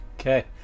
Okay